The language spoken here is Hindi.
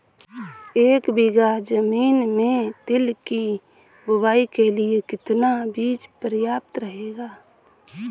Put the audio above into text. एक बीघा ज़मीन में तिल की बुआई के लिए कितना बीज प्रयाप्त रहेगा?